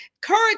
courage